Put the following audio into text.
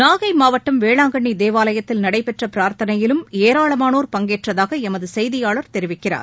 நாகை மாவட்டம் வேளாங்கண்ணி தேவாலயத்தில் நடைபெற்ற பிரார்த்தனையிலும் ஏராளமானோர் பங்கேற்றதாக எமது செய்தியாளர் தெரிவிக்கிறார்